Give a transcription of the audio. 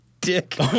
dick